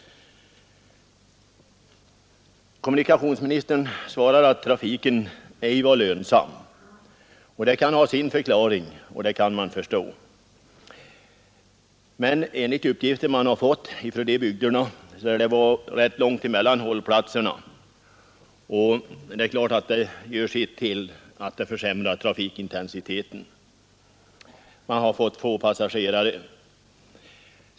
Kommunikationsministern svarar att trafiken ej var lönsam, och det kan ha sin förklaring. Men enligt uppgifter från de berörda bygderna lär det vara rätt långt mellan hållplatserna, och det är klart att det gör sitt till för att försämra trafikintensiteten. Man har fått få passagerare.